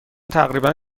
تقریبا